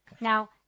Now